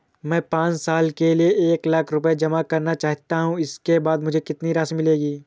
मैं पाँच साल के लिए एक लाख रूपए जमा करना चाहता हूँ इसके बाद मुझे कितनी राशि मिलेगी?